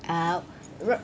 I r~